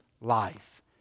life